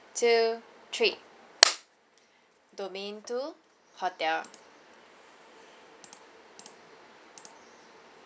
two three domain three hotel